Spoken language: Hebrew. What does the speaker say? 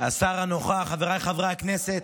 השר הנוכח, חבריי חברי הכנסת,